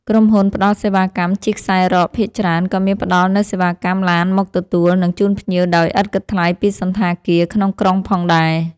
ក្រុមហ៊ុនផ្តល់សេវាកម្មជិះខ្សែរ៉កភាគច្រើន ក៏មានផ្ដល់នូវសេវាកម្មឡានមកទទួល និងជូនភ្ញៀវដោយឥតគិតថ្លៃពីសណ្ឋាគារក្នុងក្រុងផងដែរ។